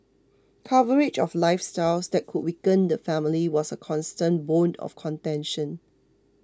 coverage of lifestyles that could weaken the family was a constant bone of contention